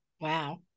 Wow